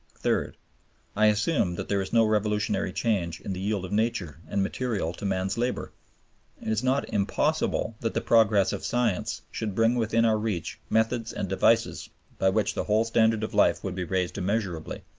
third i assume that there is no revolutionary change in the yield of nature and material to man's labor. it is not impossible that the progress of science should bring within our reach methods and devices by which the whole standard of life would be raised immeasurably,